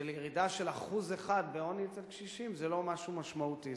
שירידה של 1% בעוני אצל קשישים זה לא משהו משמעותי,